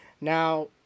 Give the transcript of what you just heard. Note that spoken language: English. Now